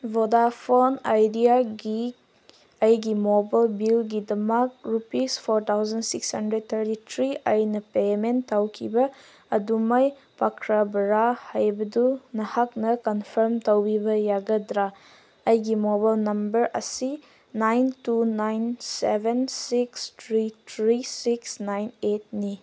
Vodafone ꯑꯥꯏꯗꯤꯌꯥꯒꯤ ꯑꯩꯒꯤ mobile ꯕꯤꯜꯒꯤꯗꯃꯛ rupees four thousand six hundred thirty three ꯑꯩꯅ ꯄꯦꯃꯦꯟ ꯇꯧꯈꯤꯕ ꯑꯗꯨ ꯃꯥꯏ ꯄꯥꯛꯈ꯭ꯔꯕꯔꯥ ꯍꯥꯏꯕꯗꯨ ꯅꯍꯥꯛꯅ ꯀꯟꯐꯥꯔꯝ ꯇꯧꯕꯤꯕ ꯌꯥꯒꯗ꯭ꯔꯥ ꯑꯩꯒꯤ ꯃꯣꯕꯥꯏꯜ ꯅꯝꯕꯔ ꯑꯁꯤ nine two nine seven six three three six nine ꯑꯩꯠꯅꯤ